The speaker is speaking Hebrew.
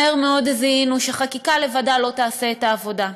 מהר מאוד זיהינו שחקיקה לבדה לא תעשה את העבודה,